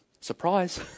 surprise